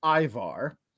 Ivar